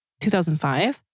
2005